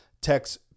text